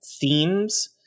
themes